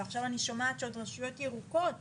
ועכשיו אני שומעת שברשויות ירוקות